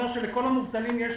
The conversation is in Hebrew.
אמרת שלכל המובטלים יש